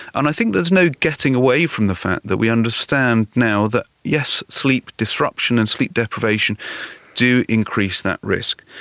and i think there's no getting away from the fact that we understand now that, yes, sleep disruption and sleep deprivation do increase that risk.